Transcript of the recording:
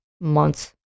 months